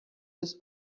this